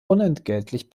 unentgeltlich